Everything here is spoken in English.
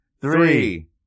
three